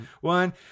one